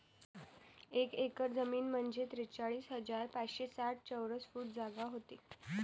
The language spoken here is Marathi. एक एकर जमीन म्हंजे त्रेचाळीस हजार पाचशे साठ चौरस फूट जागा व्हते